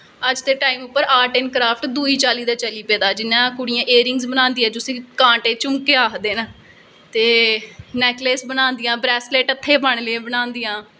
अज्ज कल art and craft दूई चाल्ली दी चली पेदा ऐ जियां कुड़ियां इयरिंग बनांदियां जिसी कांटे झुमके आखदे न ते नैकलस बनांदियां ब्रैसलेट हत्थें गी पाने लेई बनांदियां